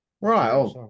Right